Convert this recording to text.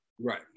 Right